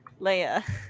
Leia